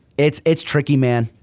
it's it's tricky man.